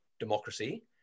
democracy